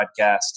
Podcast